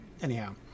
anyhow